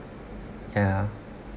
ya